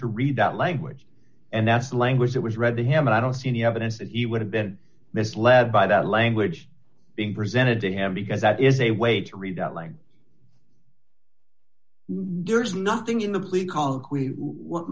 to read that language and that's language that was read to him and i don't see any evidence that he would have been misled by that language being presented to him because that is a way to read that line there's nothing in the